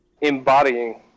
embodying